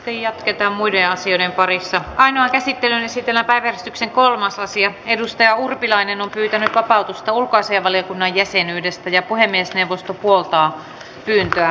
ei jatketa muiden asioiden parissa aina ja sitten esitellä äänestyksen kolmas aasian edustaja urpilainen on pyytänyt vapautusta ulkoasianvaliokunnan jäsenyydestä ja kysymyksen käsittely päättyi